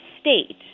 state